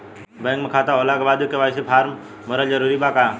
Bank में खाता होला के बाद भी के.वाइ.सी फार्म भरल जरूरी बा का?